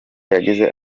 yagize